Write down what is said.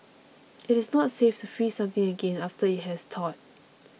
it is not safe to freeze something again after it has thawed